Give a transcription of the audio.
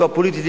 או הפוליטית,